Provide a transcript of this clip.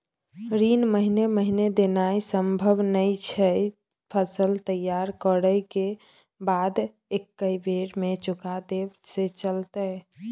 ऋण महीने महीने देनाय सम्भव नय छै, फसल तैयार करै के बाद एक्कै बेर में चुका देब से चलते?